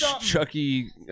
Chucky